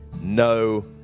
no